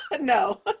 No